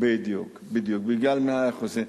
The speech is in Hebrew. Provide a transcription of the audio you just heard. בדיוק, בדיוק, בגלל מינהל האוכלוסין.